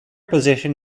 position